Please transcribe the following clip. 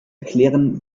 erklären